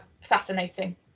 fascinating